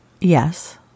Yes